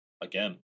again